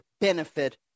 benefit